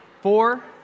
four